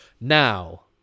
Now